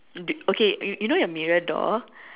do okay you know your mirror door